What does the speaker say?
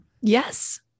Yes